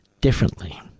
differently